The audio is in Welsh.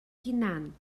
hunan